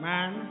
Man